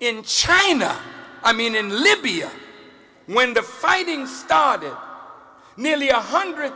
in china i mean in libya when the fighting started nearly a hundred